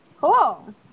cool